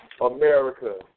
America